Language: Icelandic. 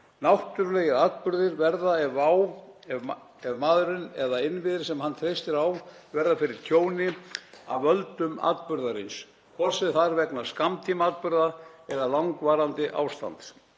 Náttúrulegir atburðir verða að vá ef maðurinn eða innviðir sem hann treystir á verða fyrir tjóni af völdum atburðarins, hvort sem það er vegna skammtímaatburða eða langvarandi ástands.